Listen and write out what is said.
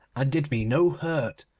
and did me no hurt.